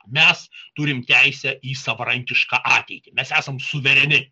mes turim teisę į savarankišką ateitį mes esame suvereni